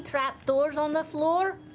trap doors on the floor?